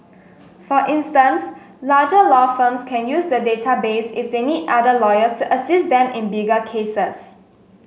for instance larger law firms can use the database if they need other lawyers to assist them in bigger cases